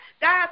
God